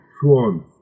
swans